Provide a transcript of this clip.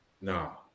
No